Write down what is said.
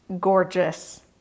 gorgeous